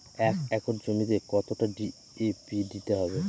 এক একর জমিতে কতটা ডি.এ.পি দিতে হবে?